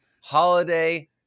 holiday